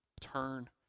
Turn